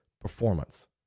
performance